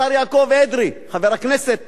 השר יעקב אדרי, חבר הכנסת